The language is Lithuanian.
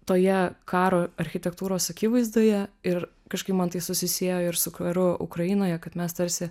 toje karo architektūros akivaizdoje ir kažkaip man tai susisiejo ir su karu ukrainoje kad mes tarsi